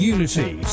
Unity